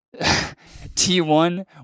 T1